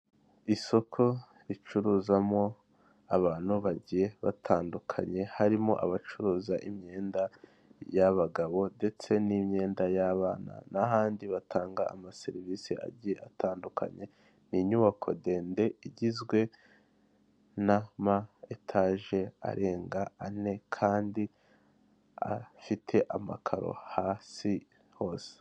Isoko ricuruzamo abantu bagiye batandukanye harimo abacuruza imyenda y'abagabo ndetse n'imyenda y'abana, n'ahandi batanga amaserivisi agiye atandukanye, ni inyubako ndende igizwe na ma etaje arenga ane kandi afite amakaro hasi hose.